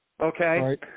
Okay